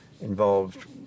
involved